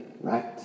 right